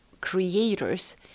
creators